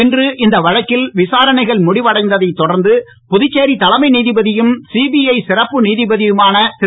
இன்று இந்த வழக்கில் விசாரணைகள் முழவடைந்ததைத் தொடர்ந்து புதுச்சேரி தலைமை நீதிபதியும் சிபிஜ சிறப்பு நீதிபதியுமான திரு